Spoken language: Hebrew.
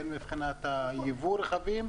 הן מבחינת יבוא הרכבים,